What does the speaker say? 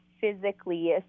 physically